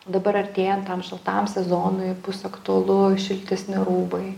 dabar artėjant šaltajam sezonui bus aktualu šiltesni rūbai